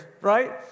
right